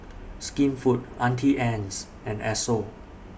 Skinfood Auntie Anne's and Esso